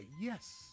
yes